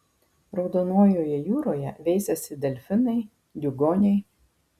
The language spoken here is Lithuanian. raudonojoje jūroje veisiasi delfinai diugoniai